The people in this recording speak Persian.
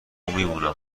میمونم